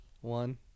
one